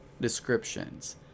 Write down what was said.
descriptions